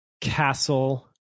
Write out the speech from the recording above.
Castle